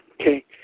Okay